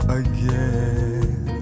again